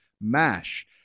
mash